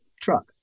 truck